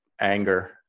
anger